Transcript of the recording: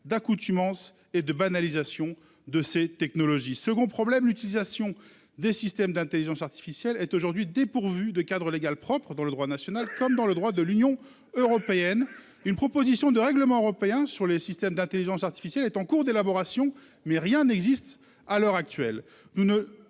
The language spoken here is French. d'accoutumance et de banalisation de ces technologies. Second problème, l'utilisation des systèmes d'intelligence artificielle est aujourd'hui dépourvue de cadre légal propre, dans le droit national comme dans le droit de l'Union européenne. Une proposition de règlement européen sur les systèmes d'intelligence artificielle est en cours d'élaboration, mais rien n'existe à l'heure actuelle.